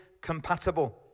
compatible